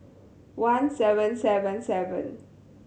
one seven seven seven